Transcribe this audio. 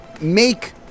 make